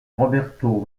roberto